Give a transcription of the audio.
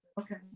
Okay